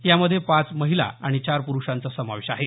यामध्ये पाच महिला आणि चार प्रूषांचा समावेश आहे